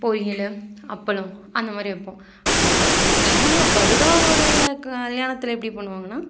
பொரியல் அப்பளம் அந்த மாதிரி வைப்போம் ஆனால் இவங்க படுகா உட கல்யாணத்தில் எப்படி பண்ணுவாங்கன்னா